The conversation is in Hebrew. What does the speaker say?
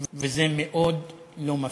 וזה מאוד לא מפתיע.